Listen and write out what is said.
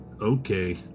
okay